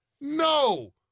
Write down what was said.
No